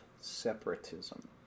separatism